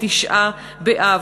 בתשעה באב.